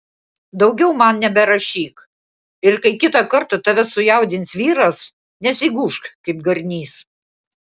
daugiau man neberašyk ir kai kitą kartą tave sujaudins vyras nesigūžk kaip garnys